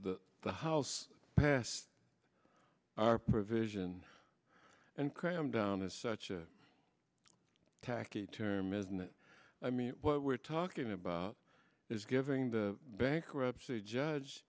that the house passed our provision and cram down is such a tacky term isn't it i mean what we're talking about is giving the bankruptcy judge